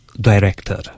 director